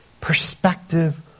Perspective